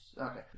okay